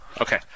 Okay